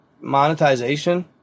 monetization